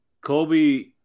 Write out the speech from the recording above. Kobe